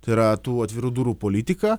tai yra tų atvirų durų politika